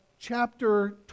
chapter